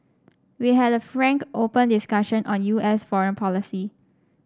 we had a frank open discussion on U S foreign policy